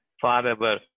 forever